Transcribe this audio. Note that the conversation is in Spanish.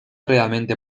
realmente